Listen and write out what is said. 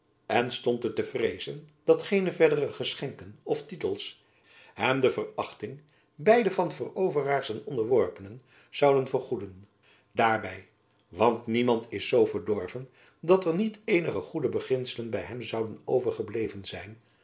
en stond het te vreezen dat geene verdere geschenken of tytels hem de verachting beide van veroveraars en onderworpenen zouden vergoeden daarby want niemand is zoo verdorven dat er niet eenige goede beginselen by hem zouden overgebleven zijn